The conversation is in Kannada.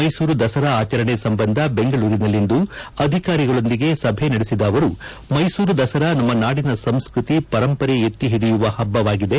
ಮೈಸೂರು ದಸರಾ ಆಚರಣೆ ಸಂಬಂಧ ಬೆಂಗಳೂರಿನಲ್ಲಿಂದು ಅಧಿಕಾರಿಗಳೊಂದಿಗೆ ಸಭೆ ನಡೆಸಿದ ಅವರು ಮೈಸೂರು ದಸರಾ ನಮ್ಮ ನಾದಿನ ಸಂಸ್ಕೃತಿ ಪರಂಪರೆ ಎತ್ತಿ ಹಿಡಿಯುವ ಹಬ್ಬವಾಗಿದೆ